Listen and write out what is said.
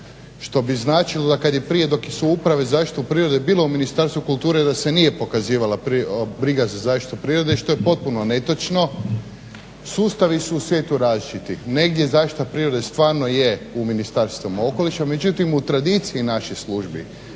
što bi značilo da kad je prije dok su Uprave za zaštitu prirode bile u Ministarstvu kulture da se nije pokazivala briga za zaštitu prirode što je potpuno netočno. Sustavi su u svijetu različiti. Negdje zaštita prirode stvarno je u Ministarstvu okoliša, međutim u tradiciji naših službi